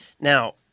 Now